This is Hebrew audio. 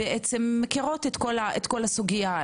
מכירות את כל הסוגיה.